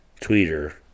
Tweeter